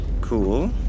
Cool